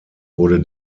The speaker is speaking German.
wurde